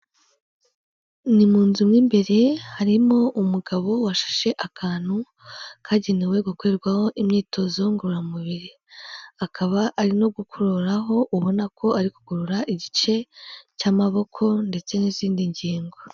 Ni mu nzu mu imbere harimo umugabo washeshe akantu kagenewe gukorerwaho imyitozo ngororamubiri, akaba ari no gukororaho ubona ko ari kugorora igice cy'amaboko ndetse n'izindi ngingo.